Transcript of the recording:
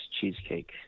cheesecake